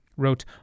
wrote